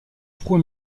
proue